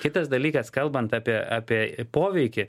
kitas dalykas kalbant apie apie poveikį